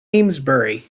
amesbury